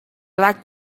like